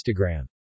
Instagram